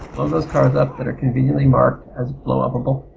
blow those cars up that are conveniently marked as blow up-able.